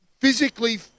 physically